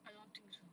I don't think so